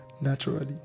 naturally